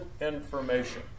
information